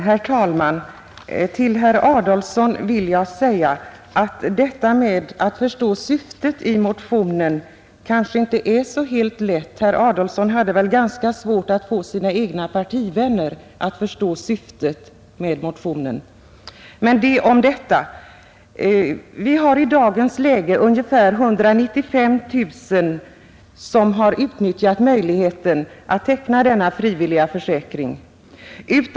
Herr talman! Till herr Adolfsson vill jag säga att detta att förstå syftet med motionen är kanske inte så helt lätt. Herr Adolfsson hade väl ganska svårt att få sina egna partivänner att förstå syftet med motionen. Men det om detta. Vi har i dagens läge ungefär 195 000 som har utnyttjat möjligheten att teckna frivillig försäkring.